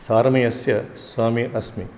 सारमेयस्य स्वामी अस्मि